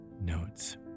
notes